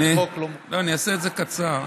אני אעשה את זה קצר.